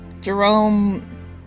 Jerome